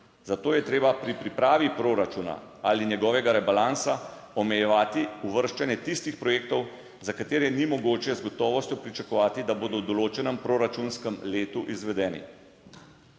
zato je treba pri pripravi proračuna ali njegovega rebalansa omejevati uvrščanje tistih projektov, za katere ni mogoče z gotovostjo pričakovati, da bodo v določenem proračunskem letu izvedeni.